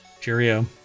cheerio